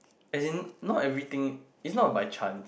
as in not everything is not by chance